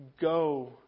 go